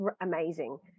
amazing